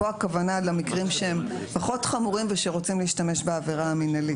פה הכוונה היא למקרים פחות חמורים ושרוצים להשתמש בעבירה המינהלית,